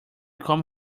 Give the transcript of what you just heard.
come